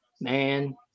man